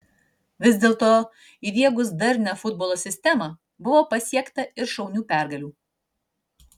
vis dėlto įdiegus darnią futbolo sistemą buvo pasiekta ir šaunių pergalių